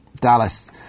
Dallas